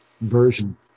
version